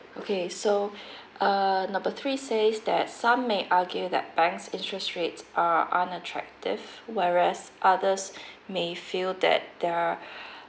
okay so err number three says that some may argue that banks interest rates are unattractive whereas others may feel that their